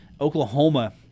Oklahoma